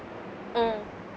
mm